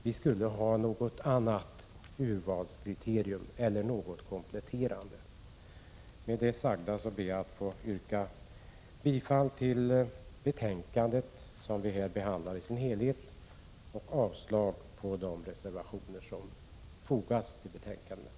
Vi skulle ha något annat urvalskriterium eller något kompletterande. Med det sagda ber jag att få yrka bifall till utskottets hemställan i dess helhet, vilket innebär avslag på de reservationer som har fogats till betänkandet.